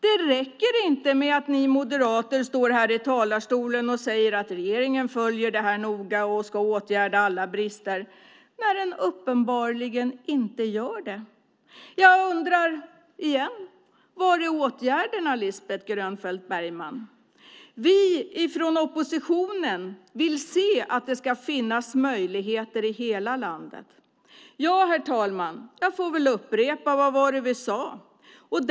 Det räcker inte med att ni moderater står här i talarstolen och säger att regeringen följer detta noga och ska åtgärda alla brister när den uppenbarligen inte gör det. Jag undrar igen, Lisbeth Grönfeldt Bergman: Var är åtgärderna? Vi från oppositionen vill se att det ska finnas möjligheter i hela landet. Ja, herr talman, jag får väl upprepa: Vad var det vi sade!